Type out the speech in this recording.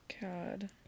God